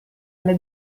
alle